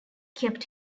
kept